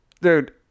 Dude